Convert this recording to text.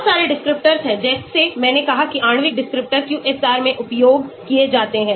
बहुत सारे descriptors हैं जैसे मैंने कहा कि आणविक descriptors QSAR में उपयोग किए जाते हैं